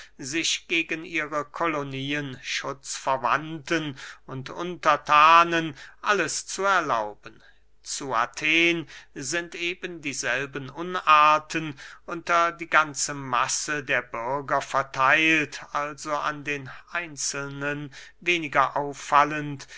sich gegen ihre kolonien schutzverwandten und unterthanen alles zu erlauben zu athen sind eben dieselben unarten unter die ganze masse der bürger vertheilt also an den einzelnen weniger auffallend